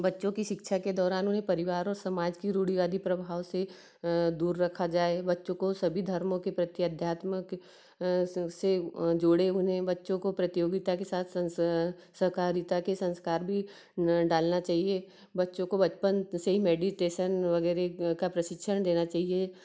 बच्चों की शिक्षा के दौरान उन्हें परिवार और समाज की रूढ़िवादी प्रभाव से दूर रखा जाए बच्चों को सभी धर्मों के प्रति आध्यात्मिक से जोड़ें उन्हें बच्चों को प्रतियोगिता के साथ सहकारिता के संस्कार भी डालना चाहिए बच्चों को बचपन से ही मेडिटेशन वगैरह का प्रशिक्षण देना चाहिए